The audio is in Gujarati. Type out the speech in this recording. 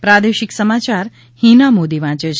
પ્રાદેશિક સમાચાર હીના મોદી વાંચે છે